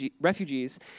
refugees